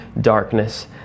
darkness